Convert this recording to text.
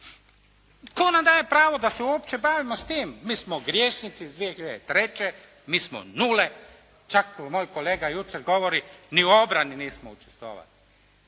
Tko nam daje pravo da se uopće bavimo sa tim? Mi smo grješnici iz 2003. mi smo nule, kako moj kolega govori, ni u obrani nismo učestvovali.